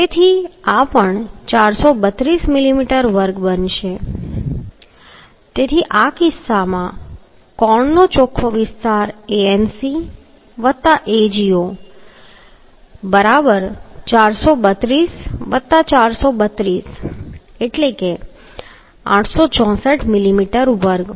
તેથી આ પણ 432 મિલીમીટર વર્ગ બનશે તેથી આ કિસ્સામાં કોણનું ચોખ્ખો વિસ્તાર Anc વત્તા Ago બરાબર 432 વત્તા 432 હશે એટલે કે 864 મિલીમીટર વર્ગ